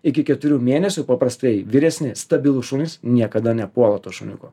iki keturių mėnesių paprastai vyresni stabilūs šunys niekada nepuola to šuniuko